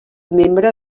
membre